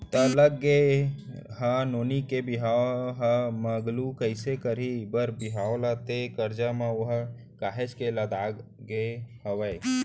त लग गे का नोनी के बिहाव ह मगलू कइसे करही बर बिहाव ला ते करजा म ओहा काहेच के लदागे हवय